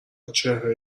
چهره